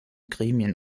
gremien